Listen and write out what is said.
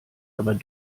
aber